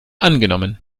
angenommen